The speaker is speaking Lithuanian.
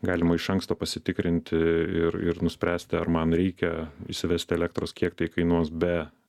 galima iš anksto pasitikrinti ir ir nuspręsti ar man reikia įsivesti elektros kiek tai kainuos be